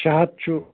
شےٚ ہَتھ چھُ